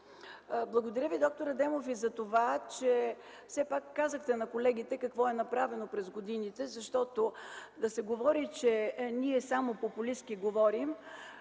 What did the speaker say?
Благодаря Ви, д-р Адемов, и за това, че все пак казахте на колегите какво е направено през годините. Защото да се говори, че ние говорим само популистки – точно